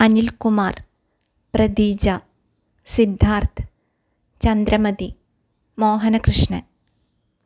Anilkumar Pradeeja Siddharth Chandramathi Mohanakrishnan